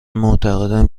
معتقدم